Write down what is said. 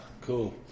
Cool